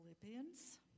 Philippians